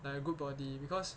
like a good body because